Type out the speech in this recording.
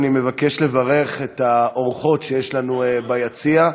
אני מבקש לברך את האורחות שיש לנו ביציע,